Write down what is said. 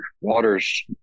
water's